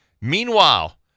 Meanwhile